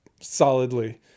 solidly